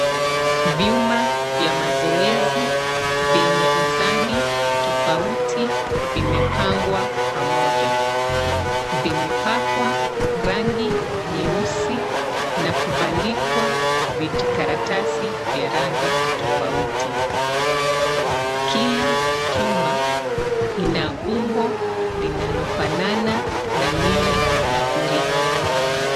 Vyuma vya mazoezi vyenye uzani tofauti vimepangwa pamoja, vimepakwa rangi nyeusi na kubandikwa vijikaratasi vya rangi tofauti, kila chuma ina umbo linalofanana na lile la birika.